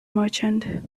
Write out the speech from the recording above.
merchant